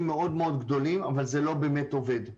מאוד מאוד גדולים אבל זה לא באמת עובד.